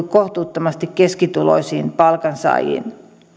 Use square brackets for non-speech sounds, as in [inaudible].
[unintelligible] kohtuuttomasti keskituloisiin palkansaajiin